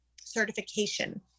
certification